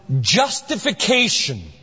justification